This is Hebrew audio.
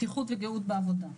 בטיחות וגהות בעבודה.